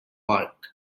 park